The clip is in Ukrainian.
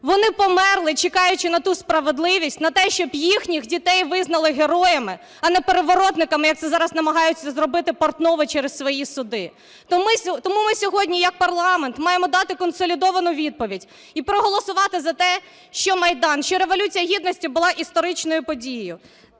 Вони померли, чекаючи на ту справедливість, на те, щоб їхніх дітей визнали героями, а не переворотниками, як це намагаються зробити Портнови через свої суди. Тому ми сьогодні як парламент маємо дати консолідовану відповідь і проголосувати за те, що Майдан, що Революція Гідності були історичною подією,